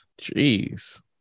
jeez